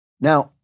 Now